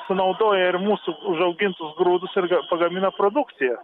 sunaudoja ir mūsų užaugintus grūdus ir ga pagamina produkciją